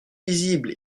lisible